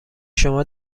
شما